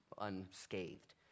unscathed